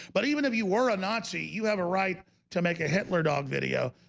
but even if you were a nazi you have a right to make a hitler dog video